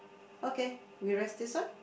okay we rest this one